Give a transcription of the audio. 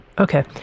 Okay